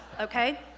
okay